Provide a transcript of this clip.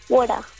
Water